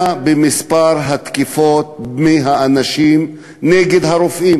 במספר התקיפות של אנשים נגד הרופאים